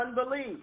unbelief